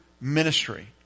ministry